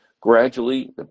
gradually